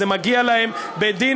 זה מגיע להם בדין.